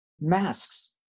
masks